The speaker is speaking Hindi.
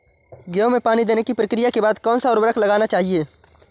गेहूँ में पानी देने की प्रक्रिया के बाद कौन सा उर्वरक लगाना चाहिए?